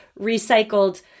recycled